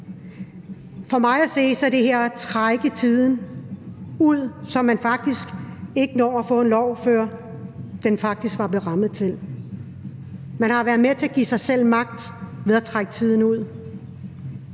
For mig at se er det her at trække tiden ud, så man faktisk ikke når at få en lov, før den var berammet til. Man har været med til at give sig selv magt ved at trække tiden ud.